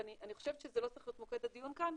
ואני חושבת שזה לא צריך להיות מוקד הדיון כאן,